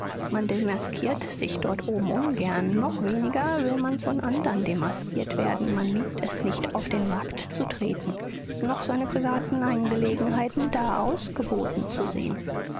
man demaskiert sich dort oben ungern noch weniger will man von andern demaskiert werden man liebt es nicht auf den markt zu treten noch seine privaten angelegenheiten da ausgeboten zu sehen